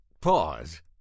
pause